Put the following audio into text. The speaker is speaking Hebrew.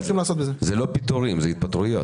אלה לא פיטורים אלא התפטרויות.